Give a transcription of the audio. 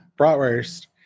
bratwurst